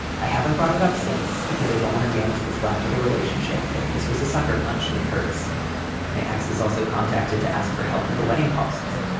i haven't brought it up since because i don't want to damage what's left of the relationship. but this was a sucker punch and it hurts my access also contacted to ask for help with the wedding costs.